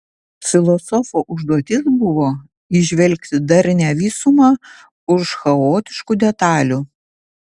filosofo užduotis buvo įžvelgti darnią visumą už chaotiškų detalių